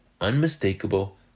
unmistakable